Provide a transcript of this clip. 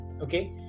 okay